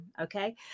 okay